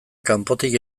kanpotik